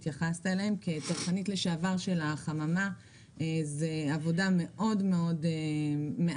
התייחסת לחממות כצרכנית לשעבר של החממה זה עבודה מאוד מאתגרת.